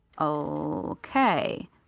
Okay